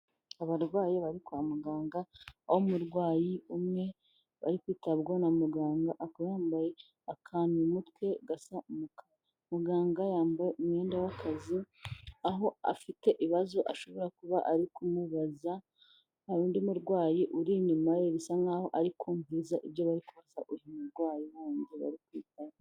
Abarwayi bari kwa muganga, aho umurwayi umwe ari kwitabwaho na muganga akaba yambaye akantu mu mutwe gasa umukara. Muganga yambaye umwenda w'akazi, aho afite ibibazo ashobora kuba ari kumubaza, hari undi murwayi uri inyuma ye, bisa nkaho arikumviriza ibyo bari kubaza uyu murwayi wundi barikwitaho.